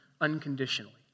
unconditionally